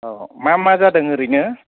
अ मा मा जादों ओरैनो